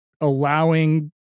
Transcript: allowing